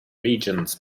regions